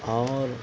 اور